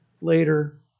later